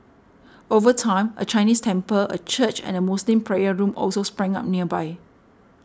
over time a Chinese temple a church and a Muslim prayer room also sprang up nearby